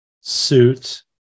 suit